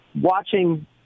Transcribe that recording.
watching